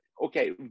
Okay